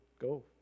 go